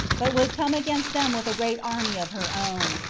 but would come against them with a great army of her own,